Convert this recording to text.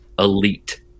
Elite